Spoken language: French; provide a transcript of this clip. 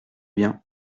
bien